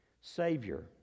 Savior